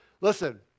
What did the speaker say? Listen